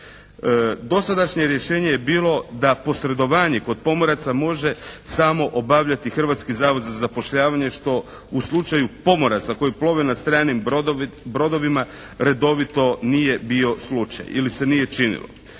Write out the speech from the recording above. Dosadašnje rješenje je bilo da posredovanje kod pomoraca može samo obavljati Hrvatski zavod za zapošljavanje što u slučaju pomoraca koji plove na stranim brodovima redovito nije bio slučaj. Ili se nije činilo.